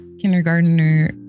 kindergartner